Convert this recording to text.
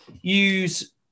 use